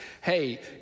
Hey